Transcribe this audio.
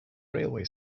railway